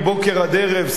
מבוקר עד ערב,